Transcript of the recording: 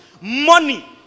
Money